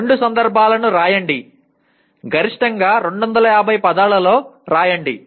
రెండు సందర్భాలు రాయండి గరిష్టంగా 250 పదాలలో వ్రాయండి